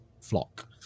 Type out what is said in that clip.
flock